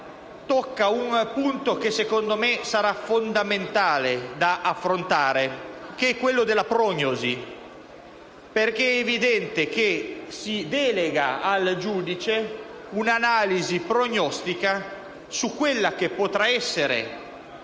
tocca un punto che secondo me sarà fondamentale affrontare, che è quello della prognosi. È infatti evidente che si delega al giudice un'analisi prognostica in ordine